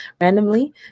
randomly